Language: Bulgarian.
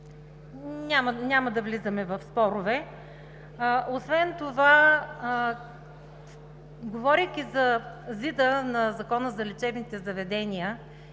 Няма да влизаме в спорове. Освен това, говорейки за ЗИД-а на Закона за лечебните заведения